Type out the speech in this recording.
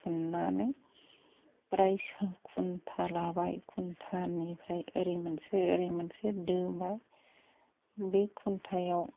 थुन्नानै फ्राय जों खुन्था लाबाय खुन्थानिफ्राय ओरै मोनसे ओरै मोनसे दोबाय बे खुन्थायाव